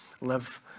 live